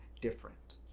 different